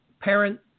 parent